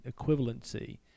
equivalency